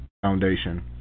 foundation